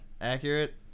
accurate